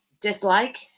dislike